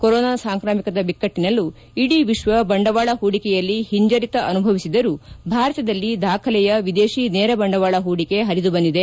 corona ಸಾಂಕ್ರಾಮಿಕದ ಬಿಕ್ಕಟ್ಟನಲ್ಲೂ ಇಡೀ ವಿಶ್ವ ಬಂಡವಾಳ ಹೂಡಿಕೆಯಲ್ಲಿ ಹಿಂಜರಿತ ಅನುಭವಿಸದರೂ ಭಾರತದಲ್ಲಿ ದಾಖಲೆಯ ವಿದೇಶಿ ನೇರ ಬಂಡವಾಳ ಹೂಡಿಕೆ ಪರಿದು ಬಂದಿದೆ